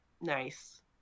nice